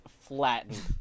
flattened